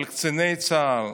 על קציני צה"ל.